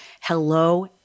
hello